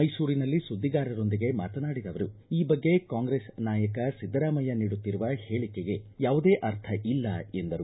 ಮೈಸೂರಿನಲ್ಲಿ ಸುದ್ದಿಗಾರರೊಂದಿಗೆ ಮಾತನಾಡಿದ ಅವರು ಈ ಬಗ್ಗೆ ಕಾಂಗ್ರೆಸ್ ನಾಯಕ ಸಿದ್ದರಾಮಯ್ಯ ನೀಡುತ್ತಿರುವ ಹೇಳಿಕೆಗೆ ಯಾವುದೇ ಅರ್ಥ ಇಲ್ಲ ಎಂದರು